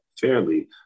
fairly